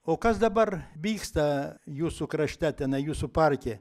o kas dabar vyksta jūsų krašte tenai jūsų parke